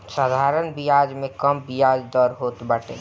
साधारण बियाज में कम बियाज दर होत बाटे